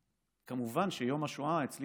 וכמובן שיום השואה אצלי